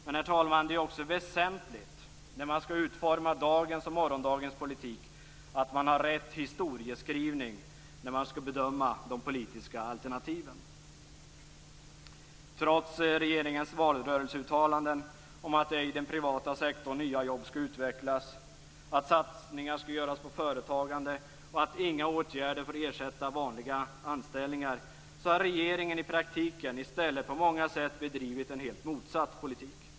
Men, herr talman, det är också väsentligt när man skall utforma dagens och morgondagens politik att man har rätt historieskrivning när man skall bedöma de politiska alternativen. Trots regeringens valrörelseuttalanden om att det är i den privata sektorn nya jobb skall utvecklas, att satsningar skall göras på företagande och att inga åtgärder får ersätta vanliga anställningar, har regeringen i stället i praktiken på många sätt bedrivit en helt motsatt politik.